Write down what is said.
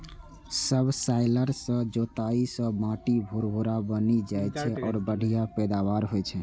subsoiler सं जोताइ सं माटि भुरभुरा बनि जाइ छै आ बढ़िया पैदावार होइ छै